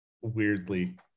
weirdly